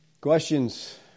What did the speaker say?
Questions